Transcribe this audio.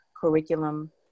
curriculum